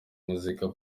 muzika